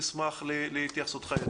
נשמח להתייחסותך.